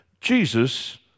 Jesus